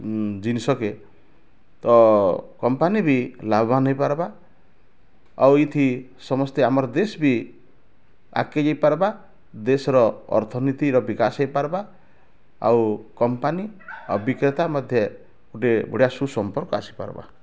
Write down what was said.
ଜିନଷକେ ତ କମ୍ପାନୀ ବି ଲାଭବାନ ହେଇପାରବା ଆଉ ଏଇଥି ସମସ୍ତେ ଆମର ଦେଶ ବି ଆଗକେ ଯାଇପାରବା ଦେଶର ଅର୍ଥନୀତିର ବିକାଶ ହେଇପାରବା ଆଉ କମ୍ପାନୀ ଆଉ ବିକ୍ରେତା ମଧ୍ୟ ଗୋଟିଏ ବଢ଼ିଆ ସୁସମ୍ପର୍କ ଆସିପାରବା